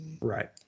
Right